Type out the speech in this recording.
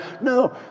No